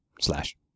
slash